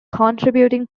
contributing